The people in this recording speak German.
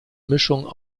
mischung